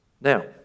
Now